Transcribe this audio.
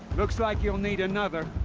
looks like you'll need another.